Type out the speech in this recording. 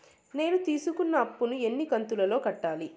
నేను తీసుకున్న అప్పు ను ఎన్ని కంతులలో కట్టాలి?